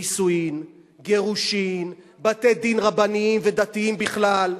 נישואין, גירושין, בתי-דין רבניים ודתיים בכלל,